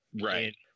right